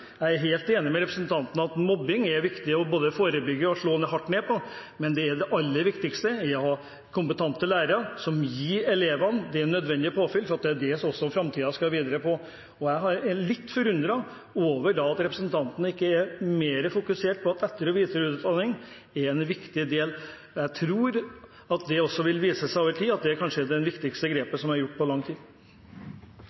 Jeg er helt enig med representanten i at mobbing er det viktig både å forebygge og å slå hardt ned på, men det aller viktigste er kompetente lærere som gir elevene det nødvendige påfyllet, for det er det vi skal bygge videre på i framtida. Jeg er litt forundret over at representanten ikke er mer fokusert på at etter- og videreutdanning er en viktig del. Jeg tror det vil vise seg over tid at det kanskje er det viktigste grepet